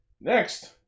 Next